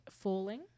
Falling